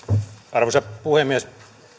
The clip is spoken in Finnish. arvoisa puhemies